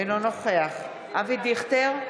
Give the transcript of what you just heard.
אינו נוכח אבי דיכטר,